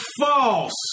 false